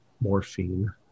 morphine